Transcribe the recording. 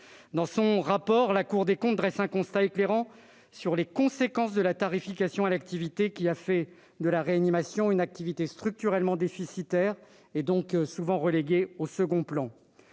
Dans son rapport, la Cour des comptes dresse un constat éclairant sur les conséquences de la tarification à l'activité, qui ont fait de la réanimation une activité structurellement déficitaire, donc souvent reléguée au second plan.